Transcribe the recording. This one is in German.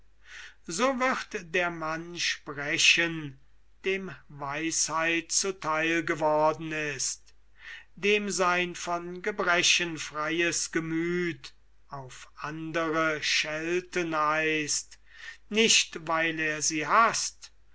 so wird der mann sprechen dem weisheit zu theil geworden ist dem sein von gebrechen freies gemüth auf andere schelten heißt nicht weil er sie haßt